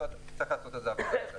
צריך לעשות על זה עבודה.